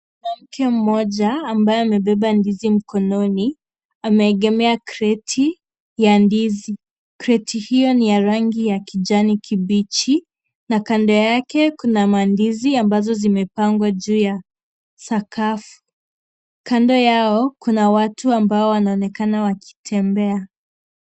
Mwanamke mmoja ambaye amebeba ndizi mkononi ameegemea kreti ya ndizi. Kreti hio ni ya rangi ya kijani kibichi na kando yake kuna mandizi ambazo zimepangwa juu ya sakafu. Kando yao kuna watu ambao wanaonekana wakitembea.